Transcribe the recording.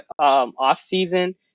offseason